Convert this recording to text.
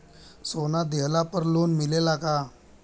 सोना दिहला पर लोन मिलेला का?